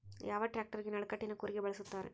ಯಾವ ಟ್ರ್ಯಾಕ್ಟರಗೆ ನಡಕಟ್ಟಿನ ಕೂರಿಗೆ ಬಳಸುತ್ತಾರೆ?